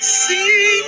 see